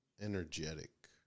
Energetic